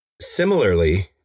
Similarly